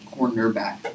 cornerback